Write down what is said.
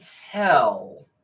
tell